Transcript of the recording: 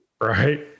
Right